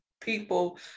people